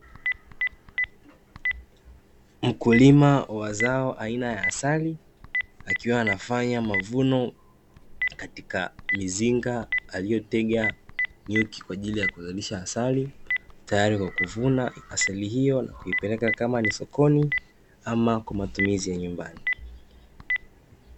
Mkulima wa zao aina ya asali, akiwa anafanya mavuno katika mizinga aliyotega nyuki kwa ajili ya kuzalisha asali, tayari kwa kuvuna asali hiyo na kuipeleka kama ni sokoni ama kwa matumizi ya nyumbani.